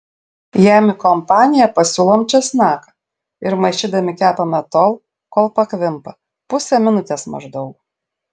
jam į kompaniją pasiūlom česnaką ir maišydami kepame tol kol pakvimpa pusę minutės maždaug